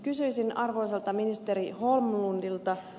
kysyisin arvoisalta ministeri holmlundilta